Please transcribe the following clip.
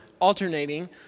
alternating